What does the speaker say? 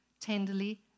tenderly